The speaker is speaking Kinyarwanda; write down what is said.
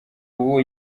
ubu